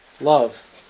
Love